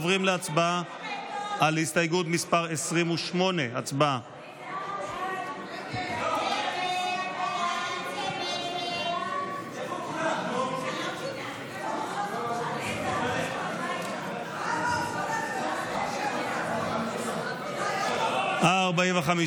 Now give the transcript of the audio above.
עוברים להצבעה על הסתייגות מס' 28. הצבעה.